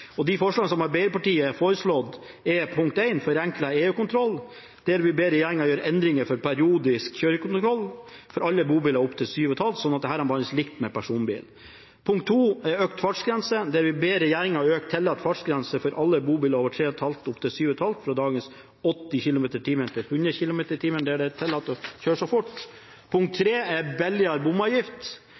Arbeiderpartiet har foreslått i representantforslaget, er: Forenklet EU-kontroll: Stortinget ber regjeringen gjøre endringer for periodisk kjøretøykontroll for alle bobiler på opptil 7,5 tonn, sånn at disse behandles likt med personbiler. Økt fartsgrense: Stortinget ber regjeringen øke tillatt fartsgrense for alle bobiler over 3,5 tonn opptil 7,5 tonn, fra dagens 80 km/t til 100 km/t, der det er tillatt å kjøre så fort.